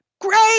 Great